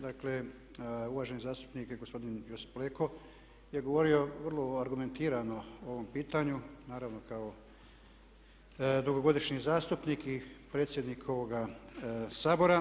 Dakle uvaženi zastupnik gospodin Josip Leko je govorio vrlo argumentirano o ovom pitanju, naravno kao dugogodišnji zastupnik i predsjednik Sabora.